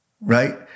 right